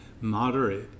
moderate